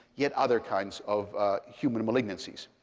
yet other kinds of human malignancies.